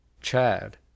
chad